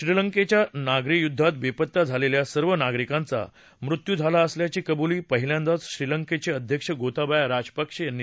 श्रीलंकेच्या नागरी युद्वात बेपत्ता झालेल्या सर्व नागरिकांचा मृत्यू झाला असल्याची कबुली पहिल्यांदाच श्रीलंकेचे अध्यक्ष गोताबाया राजपक्षे यांनी दिली आहे